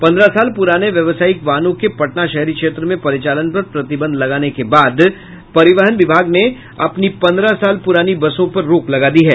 पंद्रह साल पुराने व्यावसायिक वाहनों के पटना शहरी क्षेत्र में परिचालन पर प्रतिबंध लगाने के बाद परिवहन विभाग ने अपनी पंद्रह साल पुरानी बसों पर रोक लगा दी है